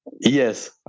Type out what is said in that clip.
Yes